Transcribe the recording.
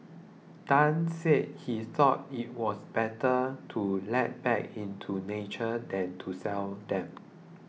Tan said he thought it was better to let back into nature than to sell them